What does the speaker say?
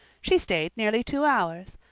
she stayed nearly two hours,